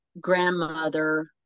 grandmother